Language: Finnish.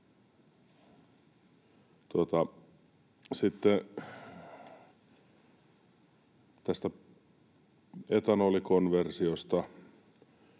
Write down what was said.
etanolikonversiosta.